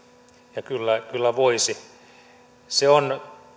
ja kyllä kyllä voisi olla se on